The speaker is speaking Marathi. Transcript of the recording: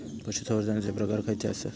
पशुसंवर्धनाचे प्रकार खयचे आसत?